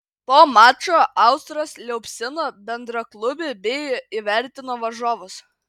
po mačo austras liaupsino bendraklubį bei įvertino varžovus